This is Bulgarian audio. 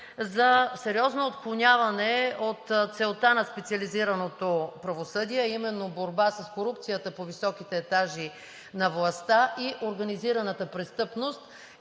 за сериозно отклоняване от целта на специализираното правосъдие, а именно борба с корупцията по високите етажи на властта и организираната престъпност,